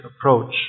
approach